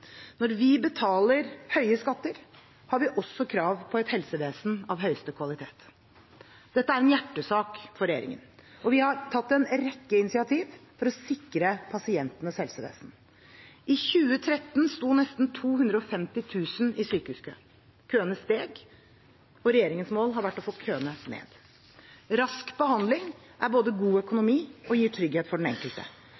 Når vi betaler høye skatter, har vi også krav på et helsevesen av høyeste kvalitet. Det er en hjertesak for regjeringen – og vi har tatt en rekke initiativ for å sikre pasientenes helsevesen: I 2013 sto nesten 250 000 i sykehuskø. Køene steg. Regjeringens mål har vært å få køene ned. Rask behandling er både god økonomi og gir trygghet for den enkelte.